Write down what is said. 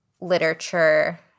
literature